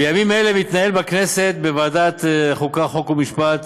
בימים אלה מתנהל בכנסת, בוועדת החוקה, חוק ומשפט,